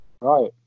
Right